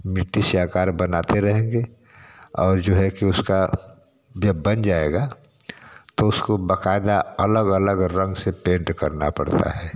मिट्टी से आकार बनाते रहेंगे और जो है कि उसका जब बन जाएगा तो उसको बाकायदा अलग अलग रंग से पेंट करना पड़ता है